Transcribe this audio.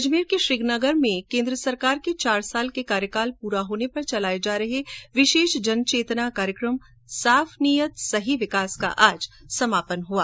अजमेर के श्रीनगर में केन्द्र सरकार के चार वर्ष के कार्यकाल पूरा होने पर चलाए जा रहे विशेष जन चेतना कार्यक्रम साफ नीयत सही विकास का आज समापन हुआ